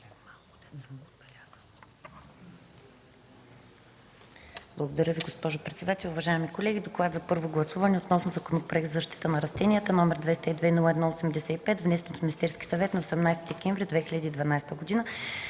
Благодаря Ви, госпожо председател. Уважаеми колеги, „ДОКЛАД за първо гласуване относно Законопроект за защита на растенията, № 202-01-85, внесен от Министерския съвет на 18 декември 2012 г.